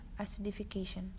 acidification